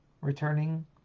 returning